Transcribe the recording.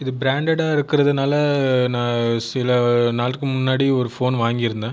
இது ப்ராண்டடாக இருக்கிறதுனால நா சில நாளுக்கு முன்னாடி ஒரு ஃபோன் வாங்கியிருந்தேன்